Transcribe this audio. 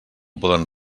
poden